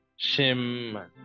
shim